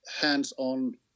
hands-on